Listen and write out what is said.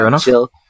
chill